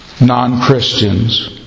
non-Christians